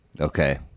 Okay